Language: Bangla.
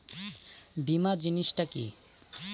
বীমা জিনিস টা কি?